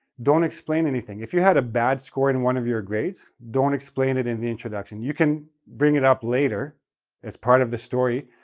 don't explain anything. if you had a bad score in one of your grades, don't explain it in the introduction. you can bring it up later as part of the story.